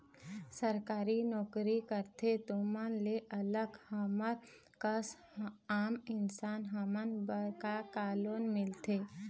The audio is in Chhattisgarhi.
सरकारी नोकरी करथे तुमन ले अलग हमर कस आम इंसान हमन बर का का लोन मिलथे?